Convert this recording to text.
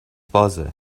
بازه